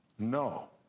No